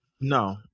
no